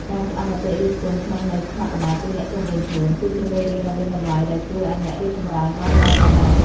ការស្ដាប់មតិរិះគន់ក្នុងន័យស្ថាបនាពីអ្នកជុំវិញខ្លួន គឺជាមេរៀនដ៏មានតម្លៃដែលជួយឱ្យអ្នករីកចម្រើនបានយ៉ាងរហ័ស។